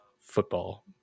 football